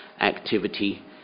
activity